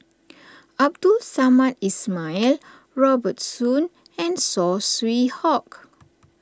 Abdul Samad Ismail Robert Soon and Saw Swee Hock